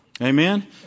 Amen